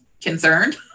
concerned